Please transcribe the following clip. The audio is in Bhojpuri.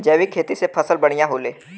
जैविक खेती से फसल बढ़िया होले